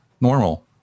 normal